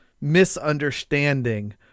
misunderstanding